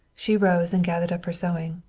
she rose and gathered up her sewing.